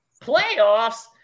Playoffs